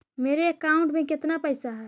मेरे अकाउंट में केतना पैसा है?